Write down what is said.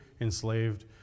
enslaved